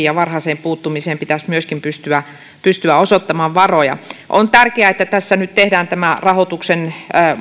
ja varhaiseen puuttumiseen pitäisi myöskin pystyä pystyä osoittamaan varoja on tärkeää että tässä nyt tehdään tämä rahoituksen